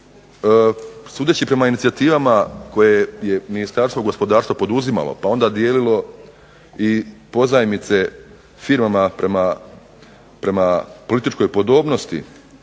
sudeći prema inicijativama koje je Ministarstvo gospodarstva poduzimalo pa onda dijelilo i pozajmice firmama prema političkoj podobnosti